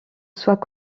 soit